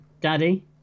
Daddy